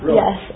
yes